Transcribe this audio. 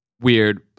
weird